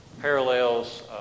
parallels